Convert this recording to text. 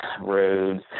roads